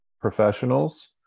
Professionals